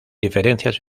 diferencias